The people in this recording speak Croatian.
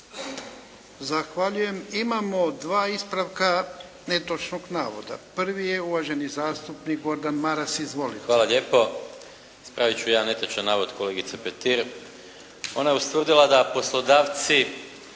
Zahvaljujem. Imamo dva ispravka netočnog navoda. Prvi je uvaženi zastupnik Gordan Maras. Izvolite. **Maras, Gordan (SDP)** Hvala lijepo. Ispravit ću jedan netočan navod kolegice Petir. Ona je ustvrdila da poslodavci